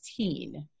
16